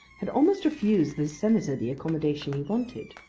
had almost refused the senator the accommodation he wanted.